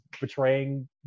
betraying